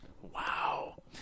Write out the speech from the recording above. wow